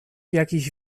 jakieś